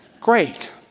great